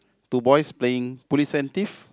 two boys playing presentive